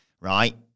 right